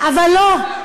אבל לא,